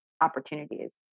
opportunities